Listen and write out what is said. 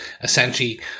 essentially